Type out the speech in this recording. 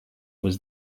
was